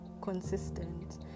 consistent